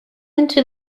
into